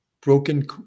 Broken